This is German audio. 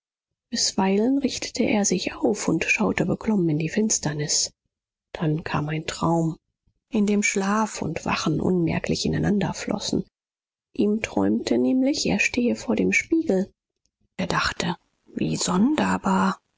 bisweilen richtete er sich auf und schaute beklommen in die finsternis dann kam ein traum in dem schlaf und wachen unmerklich ineinander flossen ihm träumte nämlich er stehe vor dem spiegel und er dachte wie sonderbar